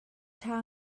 ṭha